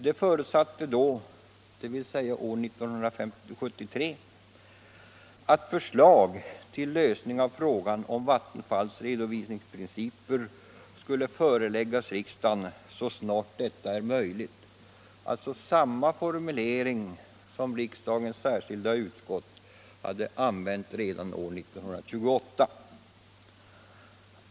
Den förutsatte då, dvs. år 1973, att förslag till lösning av frågan om vattenfallsverkets redovisningsprinciper skulle föreläggas riksdagen så snart detta var möjligt —- alltså samma formulering som riksdagens särskilda utskott hade använt redan år 1928.